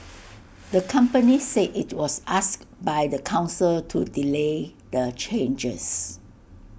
the company said IT was asked by the Council to delay the changes